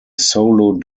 solo